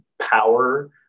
power